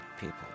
people